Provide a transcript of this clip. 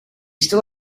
still